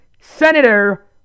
Senator